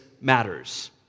matters